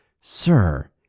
sir